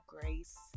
grace